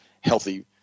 healthy